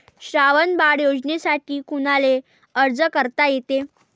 श्रावण बाळ योजनेसाठी कुनाले अर्ज करता येते?